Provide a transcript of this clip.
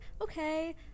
okay